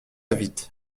vite